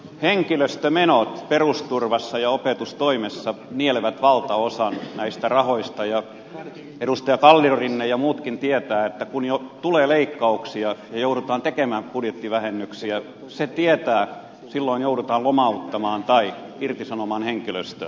henkilöstömenot perusturvassa ja opetustoimessa nielevät valtaosan näistä rahoista ja edustaja kalliorinne ja muutkin tietävät että kun tulee leikkauksia ja joudutaan tekemään budjettivähennyksiä silloin joudutaan lomauttamaan tai irtisanomaan henkilöstöä